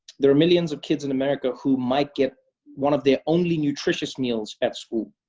there are millions of kids in america who might get one of their only nutritious meals at school.